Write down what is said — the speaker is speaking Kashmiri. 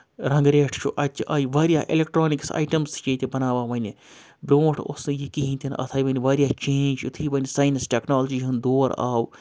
رَنٛگہٕ ریٹھ چھُ اَتہِ آیہِ واریاہ اٮ۪لٮ۪کٹرٛانِکٕس آیٹَمٕس تہِ چھِ ییٚتہِ بَناوان وَنہِ برٛونٛٹھ اوس نہٕ یہِ کِہیٖنۍ تہِ نہٕ اَتھ آے وَنہِ واریاہ چینٛج یُتھُے وَنہِ ساینَس ٹٮ۪کنالجی ہُنٛد دور آو